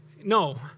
No